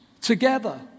together